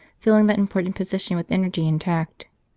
filling that important position with energy and tact.